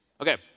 Okay